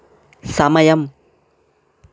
సమయం